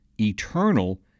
eternal